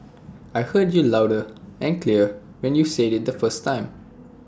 I heard you loud and clear when you said IT the first time